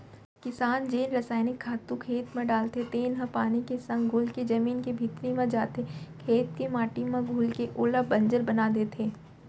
किसान जेन रसइनिक खातू खेत म डालथे तेन ह पानी के संग घुलके जमीन के भीतरी म जाथे, खेत के माटी म घुलके ओला बंजर बना देथे